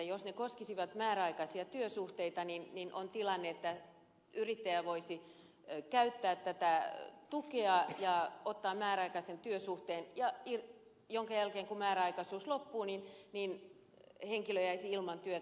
jos se koskisi määräaikaisia työsuhteita niin on tilanne että yrittäjä voisi käyttää tätä tukea ja solmia määräaikaisen työsuhteen jonka jälkeen kun määräaikaisuus loppuu niin henkilö jäisi ilman työtä